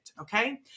Okay